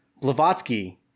Blavatsky –